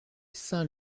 saint